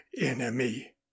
enemy